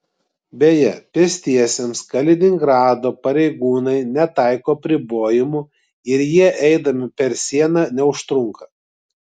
beje pėstiesiems kaliningrado pareigūnai netaiko apribojimų ir jie eidami per sieną neužtrunka